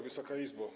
Wysoka Izbo!